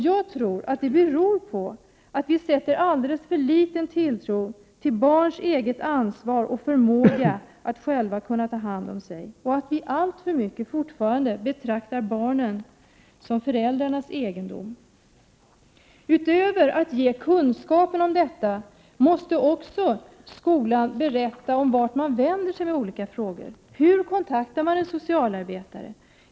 Jag tror att det beror på att vi sätter alldeles för liten tilltro till barns eget ansvar och deras förmåga att själva kunna ta hand om sig. Alltför mycket betraktar vi fortfarande barnen som föräldrarnas egendom. Utöver att ge kunskap om detta, måste skolan också berätta om vart man vänder sig med olika frågor. Hur kontaktar man en socialarbetare?